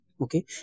okay